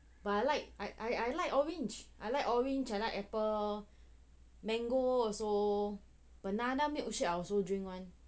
I I like orange I like orange like apple mango also banana milk I also drink one